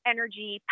Energy